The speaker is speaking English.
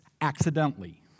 accidentally